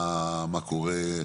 מה קורה,